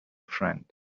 friend